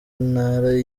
ntara